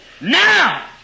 Now